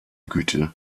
güte